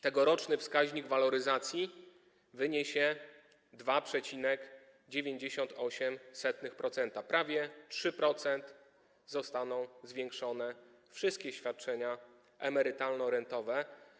Tegoroczny wskaźnik waloryzacji wyniesie 2,98%, o prawie 3% zostaną zwiększone wszystkie świadczenia emerytalno-rentowe.